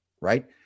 right